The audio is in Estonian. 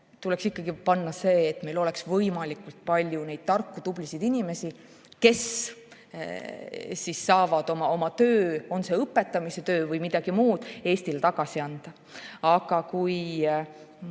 tuleks ikkagi panna see, et meil oleks võimalikult palju tarku ja tublisid inimesi, kes saavad oma tööga, on see õpetamise töö või midagi muud, Eestile midagi tagasi anda. Aga